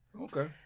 Okay